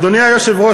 אדוני היושב-ראש,